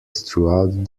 throughout